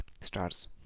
stars